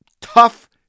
tough